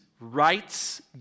rights